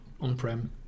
On-prem